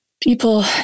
people